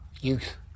Youth